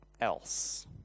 else